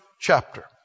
chapter